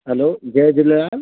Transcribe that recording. hello जय झूलेलाल